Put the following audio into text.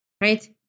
right